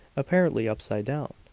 apparently upside down,